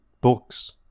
books